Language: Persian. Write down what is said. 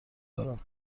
دارم